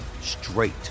straight